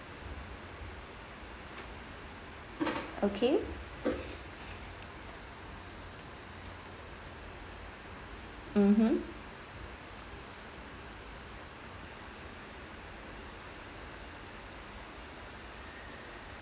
okay mmhmm